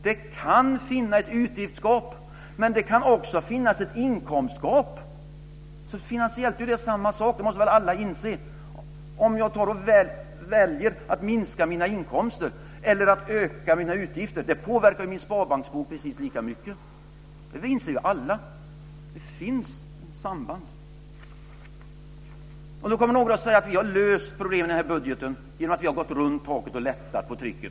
Det kan finnas utgiftsgap, men det kan också finnas ett inkomstgap. Finansiellt är det samma sak, det måste väl alla inse. Om jag väljer att minska mina inkomster eller att öka mina utgifter påverkar min sparbanksbok precis lika mycket. Det inser ju alla. Det finns samband. Några kommer att säga att vi har löst problemen i den här budgeten genom att vi har gått runt taket och lättat på trycket.